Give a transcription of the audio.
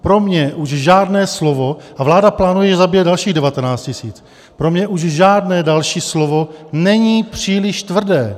Pro mě už žádné slovo a vláda plánuje zabíjet dalších 19 000 pro mě už žádné další slovo není příliš tvrdé.